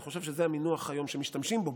אני חושב שזה המינוח שמשתמשים בו היום.